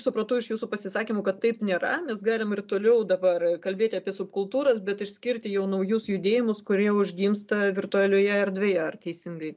supratau iš jūsų pasisakymų kad taip nėra mes galim ir toliau dabar kalbėti apie subkultūras bet išskirti jau naujus judėjimus kurie užgimsta virtualioje erdvėje ar teisingai